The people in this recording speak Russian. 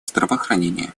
здравоохранения